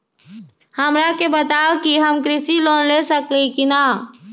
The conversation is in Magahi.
हमरा के बताव कि हम कृषि लोन ले सकेली की न?